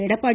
Edappadi